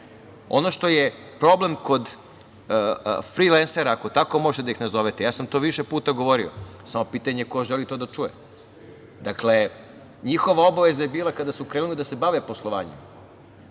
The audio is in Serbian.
što je problem kod frilensera, ako tako možete da ih nazovete, ja sam to više puta govorio samo je pitanje ko želi to da čuje, njihova obaveza je bila kada su krenuli da se bave poslovanjem,